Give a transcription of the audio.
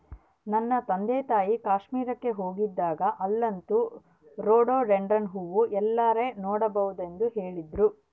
ನನ್ನ ತಂದೆತಾಯಿ ಕಾಶ್ಮೀರಕ್ಕೆ ಹೋಗಿದ್ದಾಗ ಅಲ್ಲಂತೂ ರೋಡೋಡೆಂಡ್ರಾನ್ ಹೂವು ಎಲ್ಲೆಡೆ ನೋಡಬಹುದೆಂದು ಹೇಳ್ತಿದ್ರು